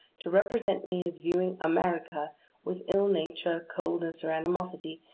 to represent me as viewing america with ill nature, coldness, or animosity,